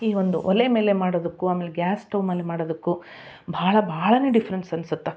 ಈ ಒಂದು ಒಲೆ ಮೇಲೆ ಮಾಡೋದಕ್ಕು ಆಮೇಲೆ ಗ್ಯಾಸ್ ಸ್ಟವ್ ಮೇಲೆ ಮಾಡೋದಕ್ಕು ಭಾಳ ಭಾಳಾನೇ ಡಿಫ್ರೆನ್ಸ್ ಅನ್ಸುತ್ತೆ